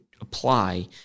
apply